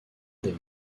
des